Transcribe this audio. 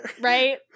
right